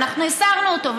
אנחנו הסרנו אותו,